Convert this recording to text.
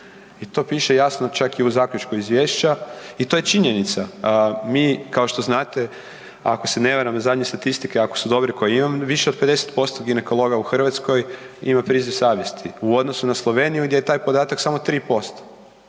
i to piše jasno čak i u zaključku izvješća i to je činjenica. Mi kao što znate ako se ne varam zadnje statistike ako su dobri koje imam, više od 50% ginekologa u Hrvatskoj ima priziv savjesti u odnosu na Sloveniju gdje je taj podatak samo 3%.